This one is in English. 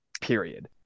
period